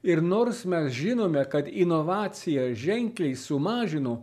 ir nors mes žinome kad inovacija ženkliai sumažino